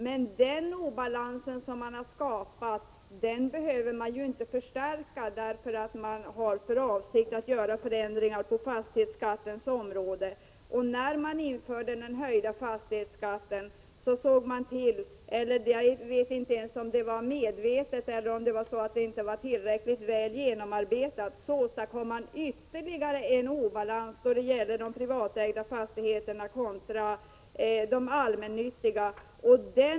Men den obalansen, som man har skapat, behöver man ju inte förstärka för att man har för avsikt att åstadkomma förändringar på fastighetsskattens område. När man införde den höjda fastighetsskatten åstadkom man — jag vet inte ens om det var medvetet, eller om förslaget bara inte var tillräckligt väl genomarbetat - ytterligare en obalans mellan de privatägda fastigheterna och de allmännyttiga.